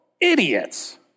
Idiots